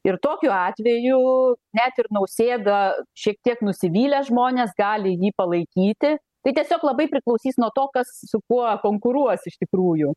ir tokiu atveju net ir nausėda šiek tiek nusivylę žmonės gali jį palaikyti tai tiesiog labai priklausys nuo to kas su kuo konkuruos iš tikrųjų